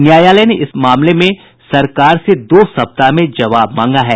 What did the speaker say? न्यायालय ने इस मामले में सरकार से दो सप्ताह में जवाब मांगा है